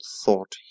thought